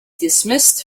dismissed